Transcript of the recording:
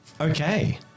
Okay